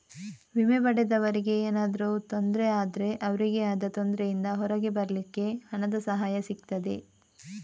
ವಿಮೆ ಪಡೆದವರಿಗೆ ಏನಾದ್ರೂ ತೊಂದ್ರೆ ಆದ್ರೆ ಅವ್ರಿಗೆ ಆದ ತೊಂದ್ರೆಯಿಂದ ಹೊರಗೆ ಬರ್ಲಿಕ್ಕೆ ಹಣದ ಸಹಾಯ ಸಿಗ್ತದೆ